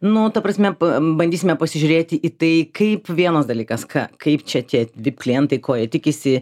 nu ta prasme bandysime pasižiūrėti į tai kaip vienas dalykas ką kaip čia tie vip klientai ko jie tikisi